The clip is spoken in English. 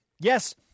yes